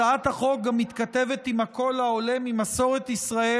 הצעת החוק גם מתכתבת עם הקול העולה ממסורת ישראל